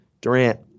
Durant